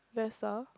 that's all